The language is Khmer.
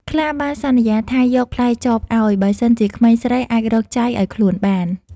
ខ្លាបានសន្យាថាយកផ្លែចបឲ្យ បើសិនជាក្មេងស្រីអាចរកចៃឲ្យខ្លួនបាន។